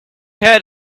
had